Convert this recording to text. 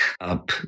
up